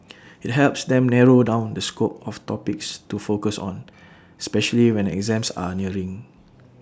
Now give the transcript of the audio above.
IT helps them narrow down the scope of topics to focus on especially when exams are nearing